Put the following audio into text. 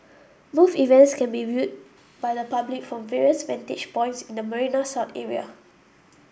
both events can be viewed by the public from various vantage points in the Marina South area